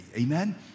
Amen